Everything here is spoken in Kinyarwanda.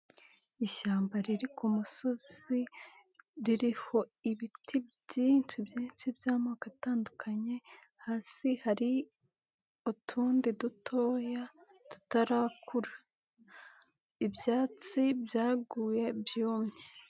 Ishyamba riri ku musozi ririho ibiti byinshi byinshi by'amoko atandukanye, hasi hari utundi dutoya tutarakura, ibyatsi byaguye byumye.